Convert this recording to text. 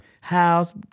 house